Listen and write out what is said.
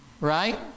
Right